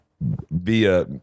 via